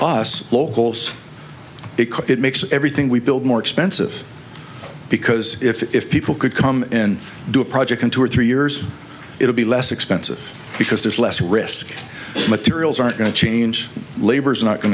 us locals because it makes everything we build more expensive because if people could come in do a project in two or three years it'll be less expensive because there's less risk materials aren't going to change labor is not going